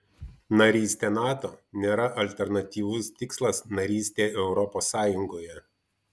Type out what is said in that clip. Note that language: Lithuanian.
narystė nato nėra alternatyvus tikslas narystei europos sąjungoje